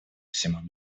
всему